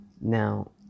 Now